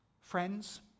Friends